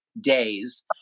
days